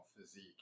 physique